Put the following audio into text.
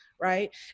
right